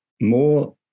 more